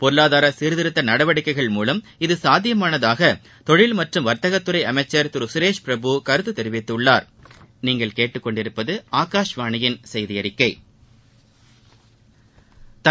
பொருளாதாரசீர்திருத்தநடவடிக்கைகள் மூலம் இது சாத்தியமானதாகதொழில் மற்றம் வா்த்தகத்துறைஅமைச்சா் திருசுரேஷ்பிரபு கருத்துதெரிவித்துள்ளாா்